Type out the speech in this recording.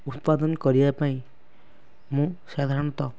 ଉତ୍ପାଦନ କରିବା ପାଇଁ ମୁଁ ସାଧାରଣତଃ